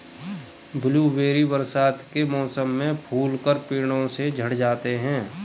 blueberry बरसात के मौसम में फूलकर पेड़ों से झड़ जाते हैं